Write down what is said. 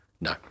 No